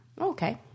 Okay